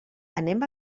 anem